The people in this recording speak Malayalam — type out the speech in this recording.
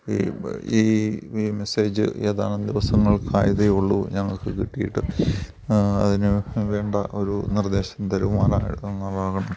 ഈ ഈ ഈ മെസ്സേജ് ഏതാനും ദിവസങ്ങൾ ആയതേയുള്ളു ഞങ്ങൾക്ക് കിട്ടിയിട്ട് അതിനു വേണ്ട ഒരു നിർദ്ദേശം തരുമാറാകണം എന്നുള്ളതാണ്